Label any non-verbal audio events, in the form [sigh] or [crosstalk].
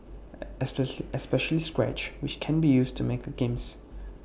[unintelligible] especially scratch which can be used to make games